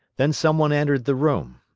then some one entered the room.